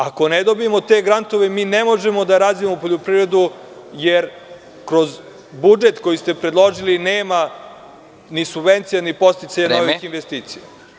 Ako ne dobijemo te grantove, mi ne možemo da razvijemo poljoprivredu, jer kroz budžet koji ste predložili nema ni subvencija ni podsticaja ni investicija.